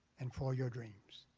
and for your dreams.